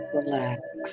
Relax